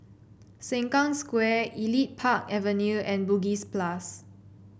Sengkang Square Elite Park Avenue and Bugis Plus